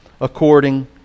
according